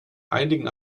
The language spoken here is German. einigen